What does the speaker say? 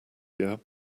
year